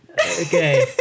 okay